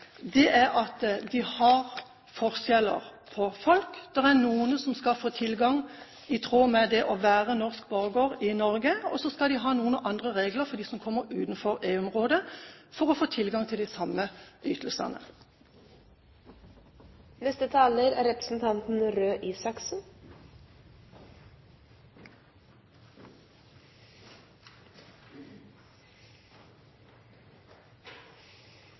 er at de gjør forskjell på folk. Det er noen som skal få tilgang til ytelser i tråd med det å være norsk borger i Norge, mens de som kommer fra land utenfor EU-området, skal ha andre regler for at de skal få tilgang til de samme ytelsene. Jeg holdt på å si at det er